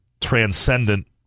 transcendent